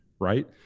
right